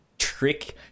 trick